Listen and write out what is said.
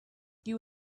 you